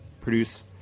produce